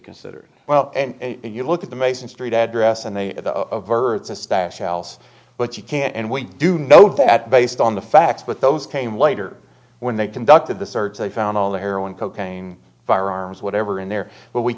considered well and you look at the mason street address and they verts a stash else but you can't and we do know that based on the facts but those came later when they conducted the search they found all the heroin cocaine firearms whatever in there but we